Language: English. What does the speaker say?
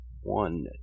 One